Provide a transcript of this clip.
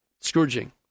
Scourging